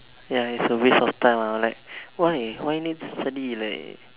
ya is a waste of time I was like why why need to study like